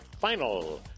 final